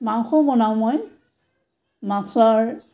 মাংসও বনাওঁ মই মাছৰ